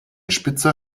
spitzer